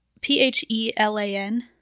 P-H-E-L-A-N